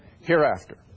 Hereafter